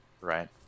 right